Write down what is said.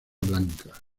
blanca